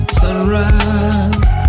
sunrise